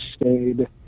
stayed